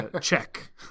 check